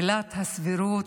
עילת הסבירות.